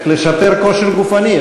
לשפר את הכושר הגופני.